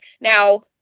Now